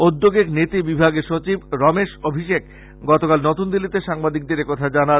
ঔদ্যোগিক নীতি বিভাগের সচিব রমেশ অভিষেক গতকাল নতুনদিল্লীতে সাংবাদিকদের এ কথা জানান